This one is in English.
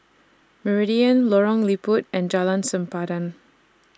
Meridian Lorong Liput and Jalan Sempadan